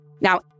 Now